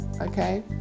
okay